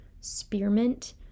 spearmint